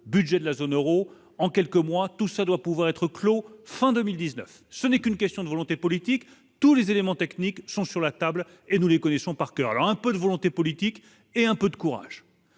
budget de la zone Euro en quelques mois, tout ça doit pouvoir être clos fin 2019, ce n'est qu'une question de volonté politique, tous les éléments techniques sont sur la table et nous les connaissons par coeur un peu de volonté politique et un peu de courage